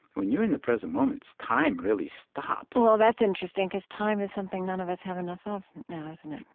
when you're in the present moment, time really stops well, that's interesting, because time is something none of us have enough of now, isn't it?